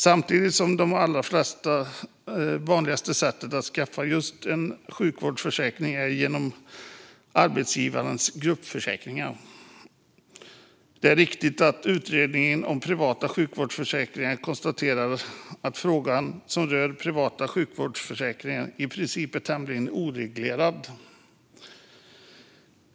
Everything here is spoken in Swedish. Samtidigt är det allra vanligaste sättet att skaffa en sjukvårdsförsäkring just genom arbetsgivarbetalda gruppförsäkringar. Det är riktigt som Utredningen om privata sjukvårdsförsäkringar konstaterar att frågor som rör privata sjukvårdsförsäkringar i princip är tämligen oreglerade.